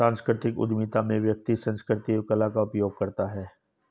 सांस्कृतिक उधमिता में व्यक्ति संस्कृति एवं कला का उपयोग करता है